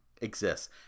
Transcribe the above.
exists